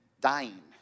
dying